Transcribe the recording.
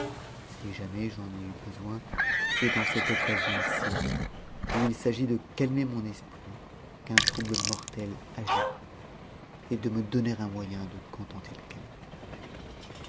si jamais j'en ai eu besoin c'est dans cette occasion ci où il s'agit de calmer mon esprit qu'un trouble mortel agite et de me donner un moyen de contenter le calife